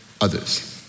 others